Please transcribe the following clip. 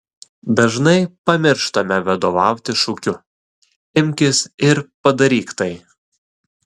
dažnai pamirštame vadovautis šūkiu imkis ir padaryk tai